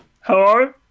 Hello